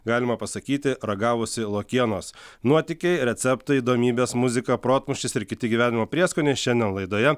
galima pasakyti ragavusi lokienos nuotykiai receptai įdomybės muzika protmūšis ir kiti gyvenimo prieskoniai šiandien laidoje